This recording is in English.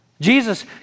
Jesus